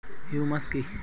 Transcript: Humus কি?